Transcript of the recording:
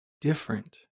different